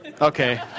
Okay